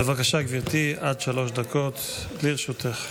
בבקשה, גברתי, עד שלוש דקות לרשותך.